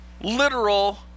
literal